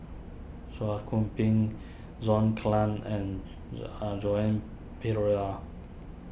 Chua Khung Kim John Clang and Joan Pereira